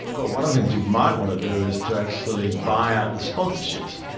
well, one of the things you might want to do is to actually buy out the sponsorships,